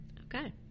okay